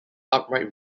upright